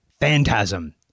phantasm